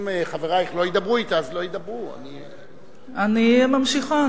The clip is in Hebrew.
אני ממשיכה.